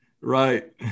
Right